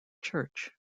church